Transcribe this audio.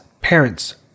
parents